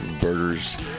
Burgers